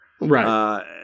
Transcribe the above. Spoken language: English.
right